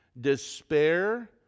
Despair